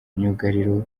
myugariro